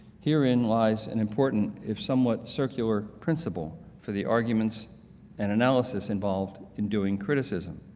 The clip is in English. herein lies an important, if somewhat circular, principle for the arguments and analysis involved in doing criticism.